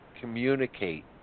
communicate